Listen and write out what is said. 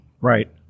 Right